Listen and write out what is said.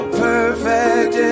perfect